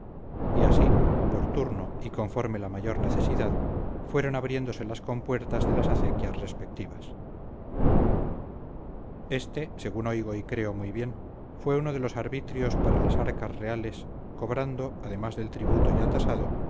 y así por turno y conforme la mayor necesidad fueran abriéndose las compuertas de las acequias respectivas este según oigo y creo muy bien fue uno de los arbitrios para las arcas reales cobrando además del tributo ya tasado